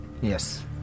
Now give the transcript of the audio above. Yes